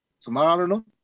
tomorrow